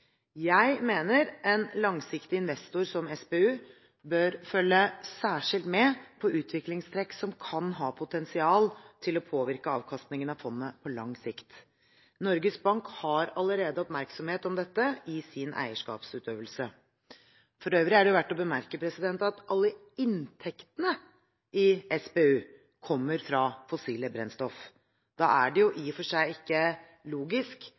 Jeg mener en langsiktig investor som SPU bør følge særskilt med på utviklingstrekk som kan ha potensial til å påvirke avkastningen av fondet på lang sikt. Norges Bank har allerede oppmerksomhet på dette i sin eierskapsutøvelse. For øvrig er det verdt å bemerke at alle inntektene i SPU kommer fra fossile brennstoff. Da er det i og for seg ikke logisk